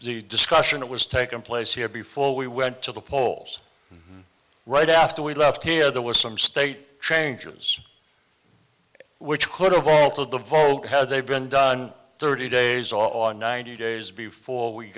the discussion was taken place here before we went to the polls right after we left here there were some state changes which could have altered the vote had they been done thirty days all on ninety days before we